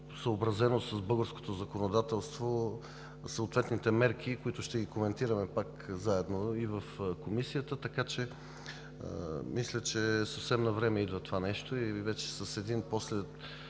съобразени с българското законодателство съответните мерки, които ще ги коментираме пак заедно и в Комисията. Мисля, че съвсем навреме идва това нещо и вече с един напълно